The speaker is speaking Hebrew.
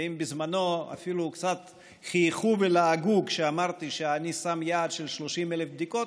ואם בזמנו אפילו קצת חייכו ולעגו כשאמרתי שאני שם יעד של 30,000 בדיקות,